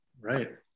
Right